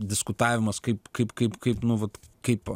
diskutavimas kaip kaip kaip kaip nu vat kaip